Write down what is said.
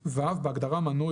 קצה,"; בהגדרה "מנוי",